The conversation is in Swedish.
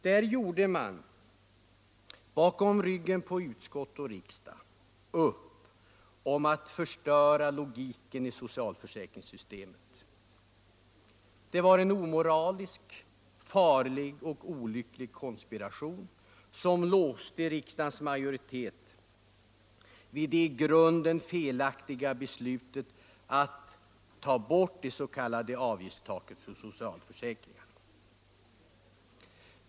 Där gjorde man, bakom ryggen på utskott och riksdag, upp om att förstöra logiken i socialförsäkringssystemet. Det var en omoralisk, farlig och olycklig konspiration, som låste riksdagens majoritet vid det i grunden felaktiga beslutet att ta bort det s.k. avgiftstaket för socialförsäkringen.